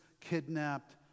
kidnapped